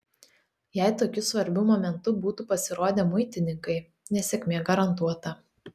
jei tokiu svarbiu momentu būtų pasirodę muitininkai nesėkmė garantuota